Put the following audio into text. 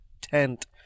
tent